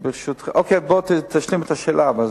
תשלים את השאלה.